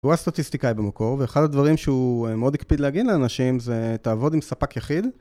הוא הסטטיסטיקאי במקור ואחד הדברים שהוא מאוד הקפיד להגיד לאנשים זה תעבוד עם ספק יחיד